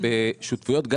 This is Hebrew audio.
עכשיו,